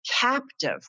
captive